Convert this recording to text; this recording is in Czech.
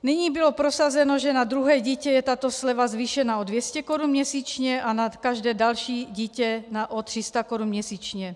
Nyní bylo prosazeno, že na druhé dítě je tato sleva zvýšena o 200 korun měsíčně a na každé další dítě o 300 korun měsíčně.